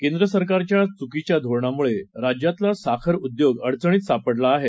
केंद्र सरकारच्या चुकीच्या धोरणामुळे राज्यातला साखर ऊद्योग अडचणीत सापडला आहे